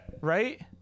right